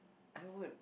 I would